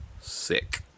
Sick